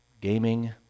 gaming